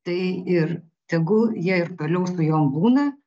tai ir tegu jie ir toliau su jom būna